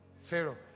Pharaoh